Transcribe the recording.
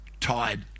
tied